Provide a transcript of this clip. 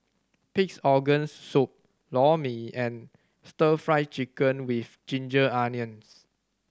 Pig's Organ Soup Lor Mee and Stir Fry Chicken with ginger onions